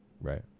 right